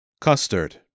Custard